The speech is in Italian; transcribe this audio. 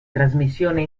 trasmissione